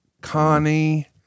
Connie